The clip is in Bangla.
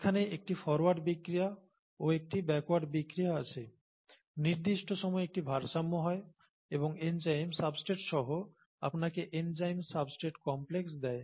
এখানে একটি ফরওয়ার্ড বিক্রিয়া ও একটি ব্যাকওয়ার্ড বিক্রিয়া আছে নির্দিষ্ট সময়ে একটি ভারসাম্য হয় এবং এনজাইম সাবস্ট্রেটসহ আপনাকে এনজাইম সাবস্ট্রেট কমপ্লেক্স দেয়